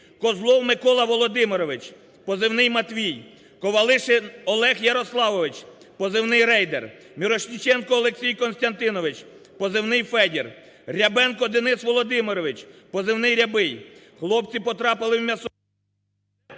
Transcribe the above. Козлов Микола Володимирович (позивний "Матвій"), Ковалишин Олег Ярославович (позивний "Рейдер"), Мірошниченко Олексій Костянтинович (позивний "Федір"), Рябенко Денис Володимирович (позивний "Рябий"). Хлопці потрапили в…